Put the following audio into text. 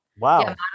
Wow